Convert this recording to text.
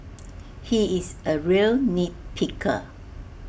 he is A real nit picker